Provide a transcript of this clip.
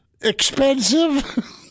Expensive